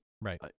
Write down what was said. Right